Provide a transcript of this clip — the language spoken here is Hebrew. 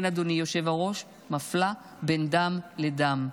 כן, אדוני היושב-ראש, מפלה בין דם לדם.